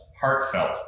heartfelt